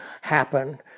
happen